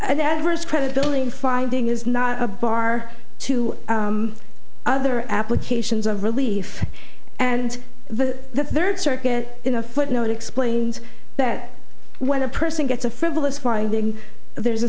an adverse credibility finding is not a bar to other applications of relief and the third circuit in a footnote explains that when a person gets a frivolous finding there is a